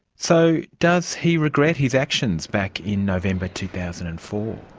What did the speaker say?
so does he regret his actions back in november two thousand and four?